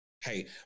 Hey